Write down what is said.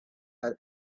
had